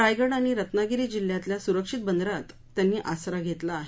रायगड आणि रत्नागिरी जिल्ह्यातल्या सुरक्षित बंदरात त्यांनी आसरा घेतला आहे